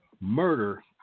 murder